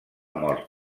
mort